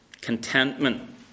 Contentment